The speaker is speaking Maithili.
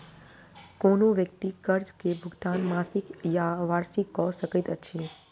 कोनो व्यक्ति कर्ज के भुगतान मासिक या वार्षिक कअ सकैत अछि